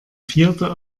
vierte